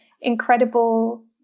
incredible